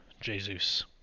Jesus